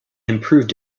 improved